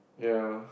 ya